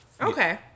Okay